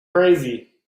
crazy